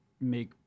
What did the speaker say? make